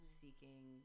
seeking